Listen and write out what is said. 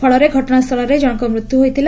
ଫଳରେ ଘଟଣାସ୍ଥଳରେ ଜଣଙ୍କର ମୃତ୍ୟୁ ହୋଇଥିଲା